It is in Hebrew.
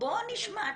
נשמע תשובות.